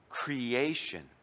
creation